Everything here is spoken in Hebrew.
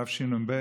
התשנ"ב,